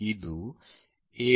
ಇದು A1 ಮತ್ತು ಇದು B1